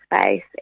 space